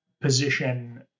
position